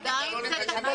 עדיין זה תקף.